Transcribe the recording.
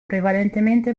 prevalentemente